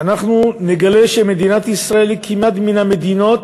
אנחנו נגלה שמדינת ישראל היא כמעט מן המדינות